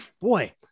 Boy